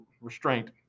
restraint